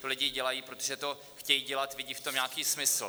Ti lidé to dělají, protože to chtějí dělat, vidí v tom nějaký smysl.